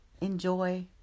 Enjoy